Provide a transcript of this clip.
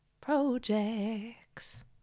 projects